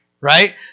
Right